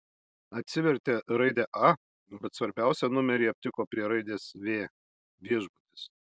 atsivertė raidę a bet svarbiausią numerį aptiko prie raidės v viešbutis